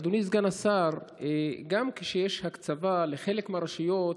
אדוני סגן השר, גם כשיש הקצבה לחלק מהרשויות,